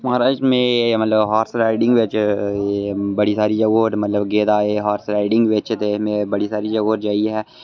महाराज में मतलब हार्स राइडिंग बिच बड़ी सारी होर मतलब कि गेदा एह् हार्स राडिंग बिच ते में बड़ी सारी होर जाइयै